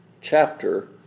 chapter